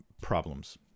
problems